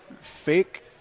fake